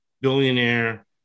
billionaire